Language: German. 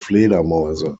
fledermäuse